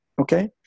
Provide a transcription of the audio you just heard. okay